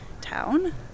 town